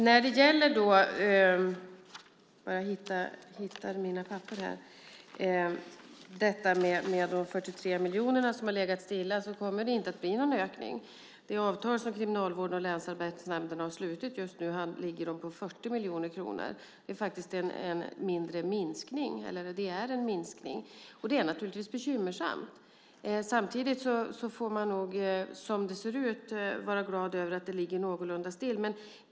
Herr talman! Denna siffra på 43 miljoner har legat stilla, och det kommer inte att bli någon ökning. I det avtal som Kriminalvården och länsarbetsnämnderna har slutit nu ligger den på 40 miljoner kronor. Det är faktiskt en minskning, och det är bekymmersamt. Samtidigt får man nog, som det ser ut, vara glad över att det ligger någorlunda still.